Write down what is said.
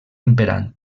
imperant